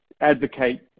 advocate